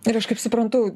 ir aš kaip suprantu